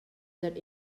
that